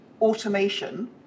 automation